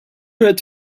had